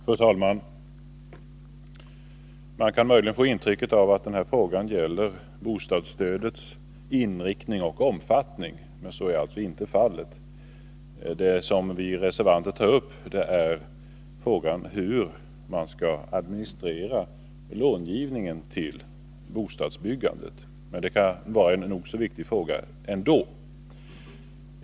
Fru talman! Man kan möjligen få ett intryck av att denna fråga gäller bostadsstödets inriktning och omfattning, men det är alltså inte fallet. Vad vi reservanter tar upp är frågan om hur långivningen till bostadsbyggandet skall administreras. Det kan vara en nog så viktig fråga.